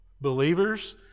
Believers